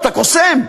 אתה קוסם.